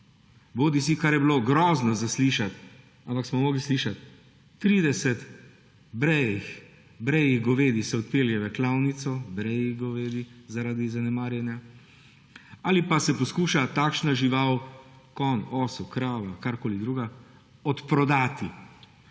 bodisi, kar je bilo grozno slišati, ampak smo morali slišati, se 30 brejih govedi odpelje v klavnico, brejih govedi zaradi zanemarjanja, ali pa se poskuša takšna žival, konj, osel, krava, karkoli drugega, odprodati.